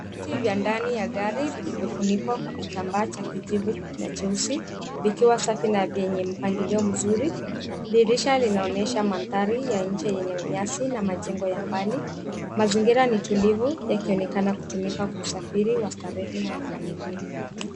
Viti vya ndani ya gari vilivyofunikwa kwa kitambaa cha kijivu na jeusi vikiwa Safi na yenye mpangilio mzuri dirisha linaonyesha mandhari ya nje yenye nyasi na majengo mbali mazingira ni tulivu yakionekana kutumika kwa usafiri wa starehe au familia .